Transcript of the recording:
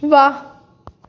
वाह